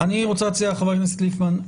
חבר הכנסת ליפמן,